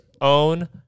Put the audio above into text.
own